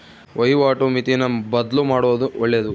ವಹಿವಾಟು ಮಿತಿನ ಬದ್ಲುಮಾಡೊದು ಒಳ್ಳೆದು